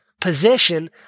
position